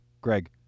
Greg